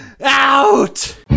Out